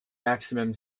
maximum